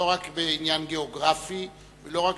לא רק בעניין גיאוגרפי ולא רק